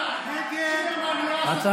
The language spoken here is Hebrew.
ליברמן, ליברמן, ליברמן הוא הסוציאליסט החדש שלנו.